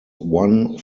one